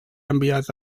enviat